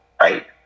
right